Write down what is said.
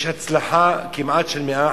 אני יכול לומר שיש הצלחה כמעט של 100%